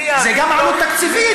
זה גם עלות תקציבית.